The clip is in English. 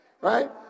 right